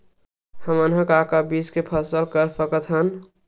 हमन ह का का बीज के फसल कर सकत हन?